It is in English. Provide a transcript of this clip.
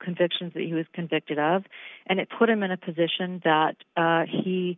convictions that he was convicted of and it put him in a position that he